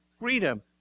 freedom